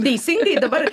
teisingai dabar